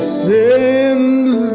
sin's